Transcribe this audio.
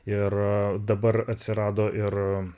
ir dabar atsirado ir